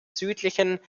südlichen